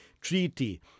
treaty